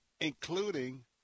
including